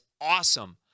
awesome